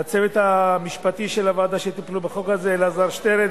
לצוות המשפטי של הוועדה שטיפלו בחוק הזה: אלעזר שטרן,